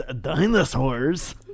Dinosaurs